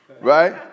right